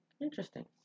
interesting